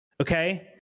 Okay